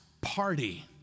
party